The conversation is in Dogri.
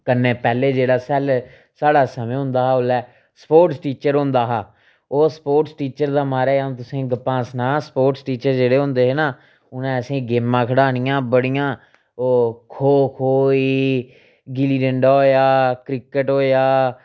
कन्नै पैह्लें जेह्ड़ा सेल्ले साढ़ा समें होंदा हा ओल्लै स्पोर्टस टीचर होंदा ओह् स्पोर्टस टीचर दा महाराज अ'ऊं तुसेंगी गप्पां सनां स्पोर्टस टीचर जेह्ड़े होंदे हे न उ'नें असेंगी गेमां खढानियां बड़ियां ओह् खो खो होई गिल्ली डंडा होएआ क्रिकेट होएआ